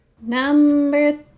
Number